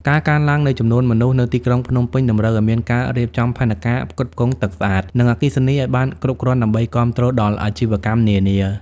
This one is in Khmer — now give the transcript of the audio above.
ការកើនឡើងនៃចំនួនមនុស្សនៅទីក្រុងភ្នំពេញ តម្រូវឱ្យមានការរៀបចំផែនការផ្គត់ផ្គង់ទឹកស្អាត និងអគ្គិសនីឱ្យបានគ្រប់គ្រាន់ដើម្បីគាំទ្រដល់អាជីវកម្មនានា។